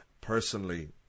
Personally